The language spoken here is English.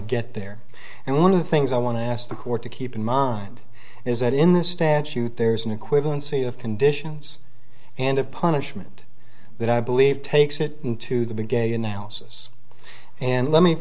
get there and one of the things i want to ask the court to keep in mind is that in this statute there's an equivalency of conditions and of punishment that i believe takes it into the big a analysis and let me